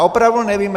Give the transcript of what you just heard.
Opravdu to nevím.